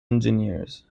engineers